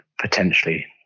potentially